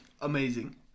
Amazing